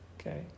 Okay